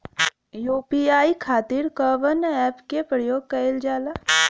UPI खातीर कवन ऐपके प्रयोग कइलजाला?